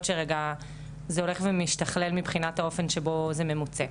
שזה הולך ומשתכלל מבחינת האופן שבו זה ממוצה.